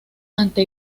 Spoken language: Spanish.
ante